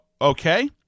okay